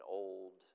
old